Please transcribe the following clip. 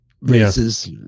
races